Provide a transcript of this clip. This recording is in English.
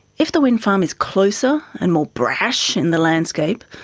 if the wind farm is closer and more brash in the landscape,